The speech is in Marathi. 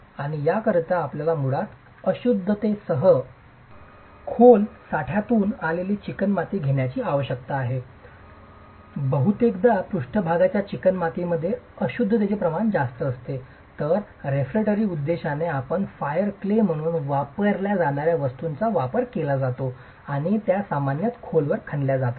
आणि याकरिता आपल्याला मुळात कमी अशुद्धतेसह खोल साठ्यातून आलेली चिकणमाती घेण्याची आवश्यकता आहे बहुतेकदा पृष्ठभागाच्या चिकणमातीमध्ये अशुद्धतेचे प्रमाण जास्त असते तर रेफ्रेक्टरी उद्देशाने आपण फायर क्ले म्हणून वापरल्या जाणार्या वस्तूंचा वापर केला जातो आणि त्या सामान्यत खोलवर खणल्या जातात